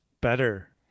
better